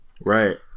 Right